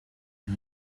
aha